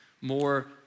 more